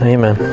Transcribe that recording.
Amen